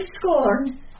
scorn